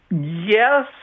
yes